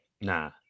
nah